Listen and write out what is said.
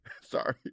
Sorry